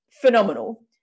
phenomenal